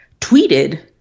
tweeted